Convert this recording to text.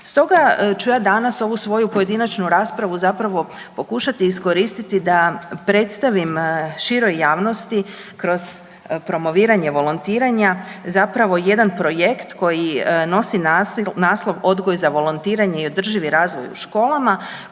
Stoga ću ja danas ovu svoju pojedinačnu raspravu zapravo pokušati iskoristiti da predstavim široj javnosti kroz promoviranje volontiranja jedan projekt koji nosi naslov „Odgoj za volontiranje i održivi razvoj u školama“